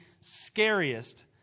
scariest